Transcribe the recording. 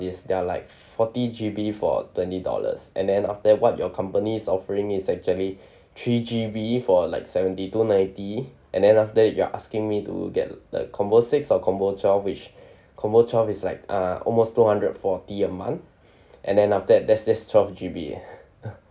they're like forty G_B for twenty dollars and then after that what your company is offering is actually three G_B for like seventy two ninety and then after you're asking me to get the combo six or combo twelve which combo twelve is like uh almost two hundred forty a month and then after that there's just twelve G_B eh